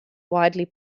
widely